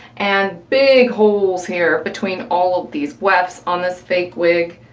and big holes here between all of these wefts on this fake wig,